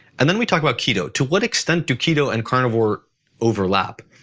and then we talk about keto. to what extent do keto and carnivore overlap?